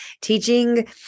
teaching